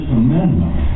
amendment